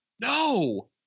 No